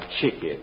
chicken